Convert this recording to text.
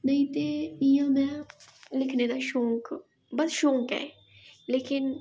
नेईं ते इ'यां में लिखने दा शौंक बस शौंक ऐ लेकिन